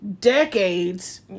Decades